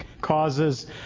causes